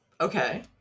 Okay